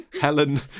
Helen